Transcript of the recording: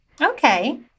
Okay